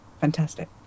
fantastic